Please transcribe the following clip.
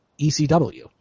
ECW